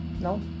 No